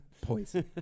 poison